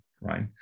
right